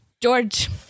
George